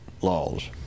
laws